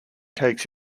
takes